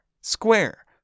Square